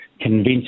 convince